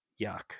yuck